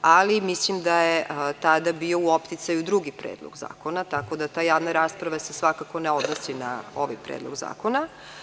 ali mislim da je tada bio u opticaju drugi predlog zakona, tako da ta javna rasprava se svakako ne odnosi na ovaj predlog zakona.